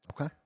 Okay